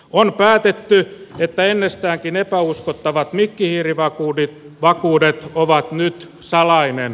on päätetty että ennestäänkin epäuskottavat mikkihiirivakuudet ovat nyt salainen asiakirja